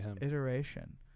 iteration